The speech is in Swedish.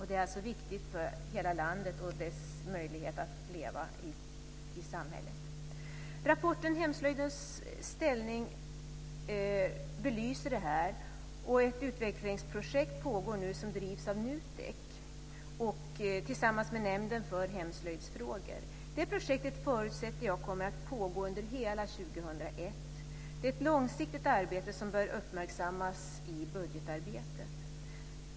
Det är viktigt för att hela vårt land ska leva. Rapporten Hemslöjdens ställning belyser detta, och det pågår nu ett utvecklingsprojekt som drivs av NUTEK tillsammans med Nämnden för hemslöjdsfrågor. Jag förutsätter att det projektet kommer att pågå under hela 2001. Det är ett långsiktigt projekt, som bör uppmärksammas i budgetarbetet.